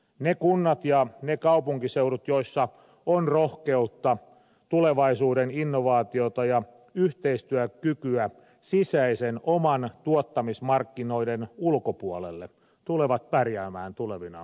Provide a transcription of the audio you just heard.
ne kunnat ja ne kaupunkiseudut joissa on rohkeutta tulevaisuuden innovaatiota ja yhteistyökykyä omien sisäisten tuottamismarkkinoiden ulkopuolelle tulevat pärjäämään tulevina vuosina